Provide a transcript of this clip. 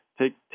Take